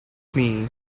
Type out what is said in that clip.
knee